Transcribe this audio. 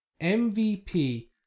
MVP